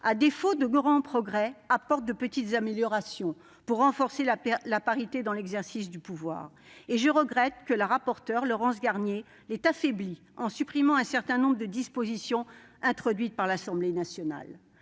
à défaut de grands progrès, apporte de petites améliorations pour renforcer la parité dans l'exercice du pouvoir. Je regrette que la rapporteure Laurence Garnier l'ait affaiblie en supprimant un certain nombre de dispositions introduites par l'Assemblée nationale.